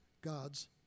God's